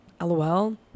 LOL